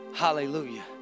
hallelujah